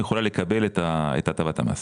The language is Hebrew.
היא יכולה לקבל את הטבת המס.